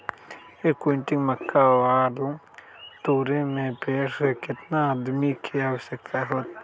एक क्विंटल मक्का बाल तोरे में पेड़ से केतना आदमी के आवश्कता होई?